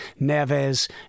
Neves